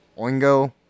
Oingo